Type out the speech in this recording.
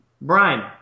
Brian